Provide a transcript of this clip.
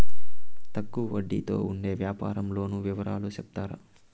తక్కువ వడ్డీ తో ఉండే వ్యవసాయం లోను వివరాలు సెప్తారా?